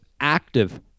active